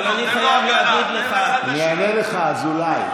אבל אני חייב להגיד לך, אני אענה לך, אזולאי.